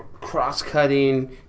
cross-cutting